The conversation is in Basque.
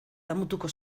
damutuko